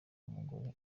umugore